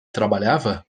trabalhava